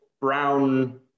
brown